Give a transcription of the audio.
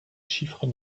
chiffres